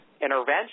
intervention